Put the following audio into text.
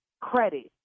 Credit